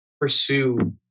pursue